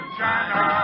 China